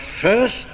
first